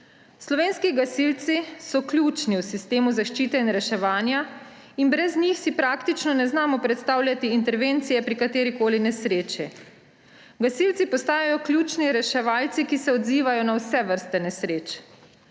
Slovenski gasilci so ključni v sistemu zaščite in reševanja in brez njih si praktično ne znamo predstavljati intervencije pri katerikoli nesreči. Gasilci postajajo ključni reševalci, ki se odzivajo na vse vrste nesreč.